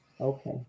okay